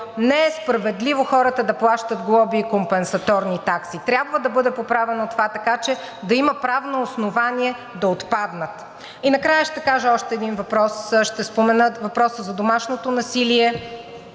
не е справедливо хората да плащат глоби и компенсаторни такси. Трябва да бъде поправено това, така че да има правно основание да отпаднат. И накрая още един въпрос, ще спомена въпроса за домашното насилие